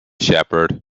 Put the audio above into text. shepard